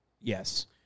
Yes